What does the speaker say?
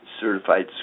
certified